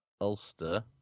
Ulster